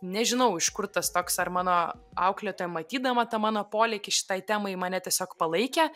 nežinau iš kur tas toks ar mano auklėtoja matydama tą mano polėkį šitai temai mane tiesiog palaikė